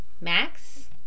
Max